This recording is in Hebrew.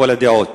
לכל הדעות,